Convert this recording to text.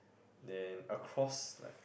then across like